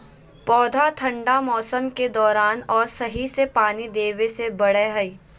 पौधा ठंढा मौसम के दौरान और सही से पानी देबे से बढ़य हइ